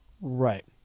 Right